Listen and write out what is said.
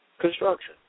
construction